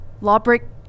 Lawbreak